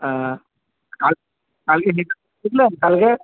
কালকে ফিরলেন কালকে